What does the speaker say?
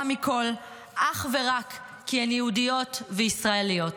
מכול אך ורק כי הן יהודיות וישראליות.